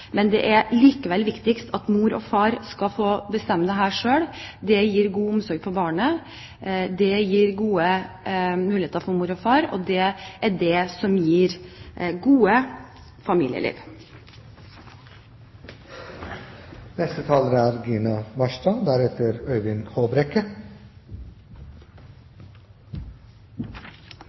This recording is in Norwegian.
men det er likevel viktigst at mor og far skal få bestemme dette selv. Det gir god omsorg for barnet, det gir gode muligheter for mor og far, og det er det som gir godt familieliv. Representanten Solveig Horne har helt rett i at den norske foreldrepermisjonsordningen er